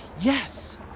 yes